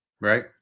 Right